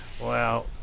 Wow